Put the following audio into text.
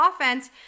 offense